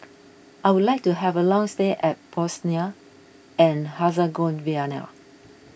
I would like to have a long stay at Bosnia and Herzegovina